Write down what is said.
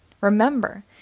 Remember